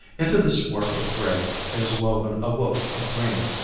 into this warp of gray is woven a woof of green,